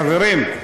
חברים,